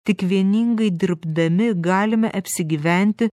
tik vieningai dirbdami galime apsigyventi